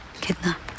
kidnapped